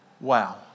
Wow